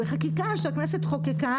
זה חקיקה שהכנסת חוקקה